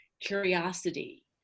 curiosity